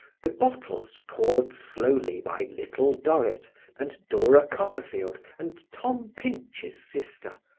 the bottles poured slowly by little dorrit and dora copperfield and tom pinch's sister,